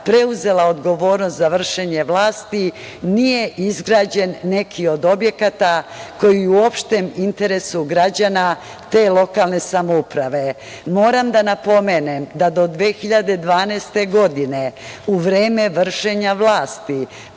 preuzela odgovornost za vršenje vlasti nije izgrađen neki od objekata koji je u opštem interesu građana te lokalne samouprave. Moram da napomenem da do 2012. godine u vreme vršenja vlasti